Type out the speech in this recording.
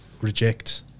reject